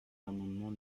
l’amendement